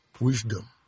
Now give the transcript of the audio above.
Wisdom